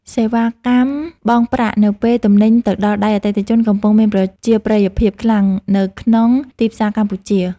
សេវាកម្មបង់ប្រាក់នៅពេលទំនិញទៅដល់ដៃអតិថិជនកំពុងមានប្រជាប្រិយភាពខ្លាំងនៅក្នុងទីផ្សារកម្ពុជា។